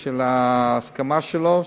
של ההסכמה שלו,